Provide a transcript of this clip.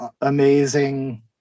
amazing